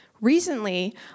Recently